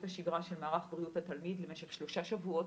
השרה של מערך בריאות התלמיד למשך שלושה שבועות.